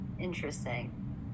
interesting